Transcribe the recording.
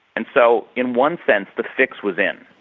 and so in one sense the fix was in.